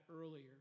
earlier